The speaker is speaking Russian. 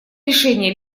решения